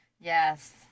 Yes